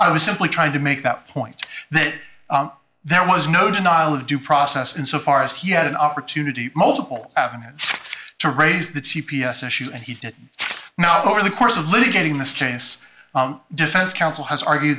i was simply trying to make that point that there was no denial of due process insofar as he had an opportunity multiple avenues to raise the t p s issue and he did not over the course of litigating this case defense counsel has argue